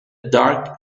dark